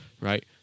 right